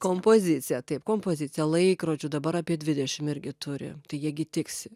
kompozicija taip kompozicija laikrodžių dabar apie dvidešim irgi turi tai jie gi tiksi